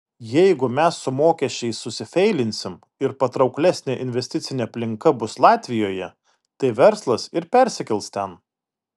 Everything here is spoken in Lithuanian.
jeigu mes su mokesčiais susifeilinsim ir patrauklesnė investicinė aplinka bus latvijoje tai verslas ir persikels ten